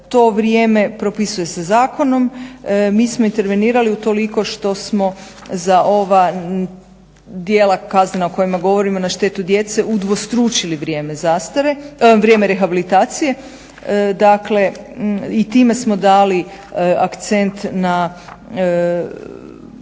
To vrijeme propisuje se zakonom. Mi smo intervenirali utoliko što smo za ova djela kaznena o kojima govorimo na štetu djece udvostručili vrijeme rehabilitacije. Dakle, i time smo dali akcent na